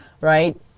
Right